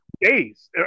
days